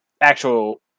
actual